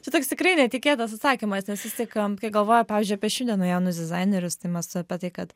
čia toks tikrai netikėtas atsakymas nes vis tik kai galvoji pavyzdžiui apie šių dienų jaunus dizainerius tai mes apie tai kad